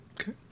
okay